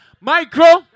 Micro